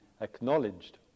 acknowledged